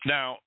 Now